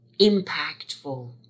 impactful